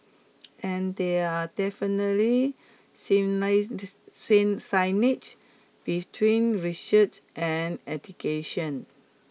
and there are definitely synergies between research and education